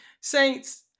Saints